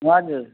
हजुर